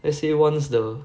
let's say once the